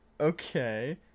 Okay